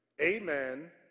amen